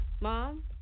Mom